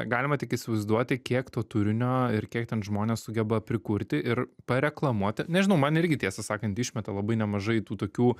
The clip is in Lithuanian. galima tik įsivaizduoti kiek to turinio ir kiek ten žmonės sugeba prikurti ir pareklamuoti nežinau man irgi tiesą sakant išmeta labai nemažai tų tokių